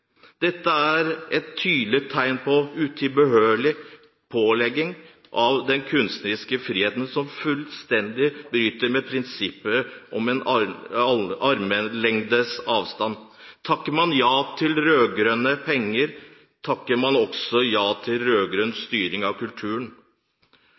Dette er et tydelig tegn på utilbørlig pålegging av den kunstneriske friheten, som fullstendig bryter med prinsippet om armlengdes avstand. Takker man ja til rød-grønne penger, takker man også ja til